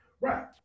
Right